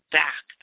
back